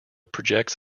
projects